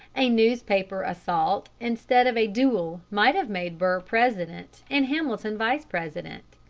a newspaper assault instead of a duel might have made burr president and hamilton vice-president.